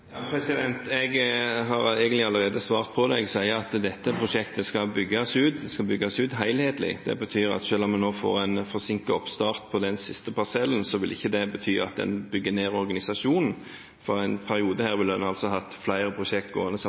Jeg har egentlig allerede svart på det. Jeg sier at dette prosjektet skal bygges ut. Det skal bygges ut helhetlig. Det betyr at selv om en nå får en forsinket oppstart på den siste parsellen, vil ikke det bety at en bygger ned organisasjonen for en periode. Her ville en altså hatt flere prosjekt gående samtidig. Nå blir det nok mer lineært likevel. Men